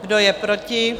Kdo je proti?